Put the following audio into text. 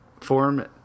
form